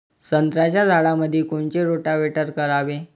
संत्र्याच्या झाडामंदी कोनचे रोटावेटर करावे?